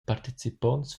participonts